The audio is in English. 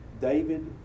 David